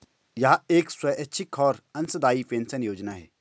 यह एक स्वैच्छिक और अंशदायी पेंशन योजना है